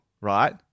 right